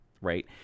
right